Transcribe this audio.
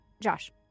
Josh